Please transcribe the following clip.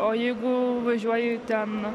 o jeigu važiuoju ten